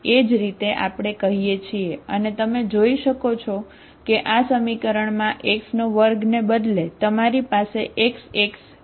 એ જ રીતે આપણે કહીએ છીએ અને તમે જોઈ શકો છો કે આ સમીકરણમાં x2ને બદલે તમારી પાસે xx ડેરિવેટિવ્ઝ છે